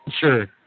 Sure